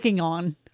on